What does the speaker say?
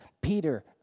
Peter